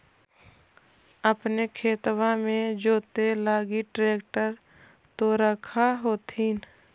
अपने खेतबा मे जोते लगी ट्रेक्टर तो रख होथिन?